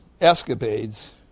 escapades